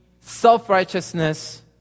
self-righteousness